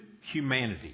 humanity